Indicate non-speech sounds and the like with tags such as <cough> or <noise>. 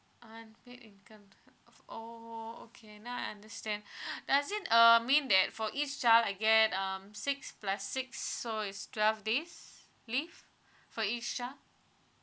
unpaid infant of oh okay now I understand <breath> does it uh mean that for each child I get um six plus six so is twelve days leave so each child